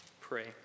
pray